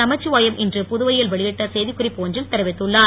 நமச்சிவாயம் இன்று புதுவையில் வெளியிட்ட செய்திக்குறிப்பு ஒன்றில் தெரிவித்துள்ளார்